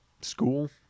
school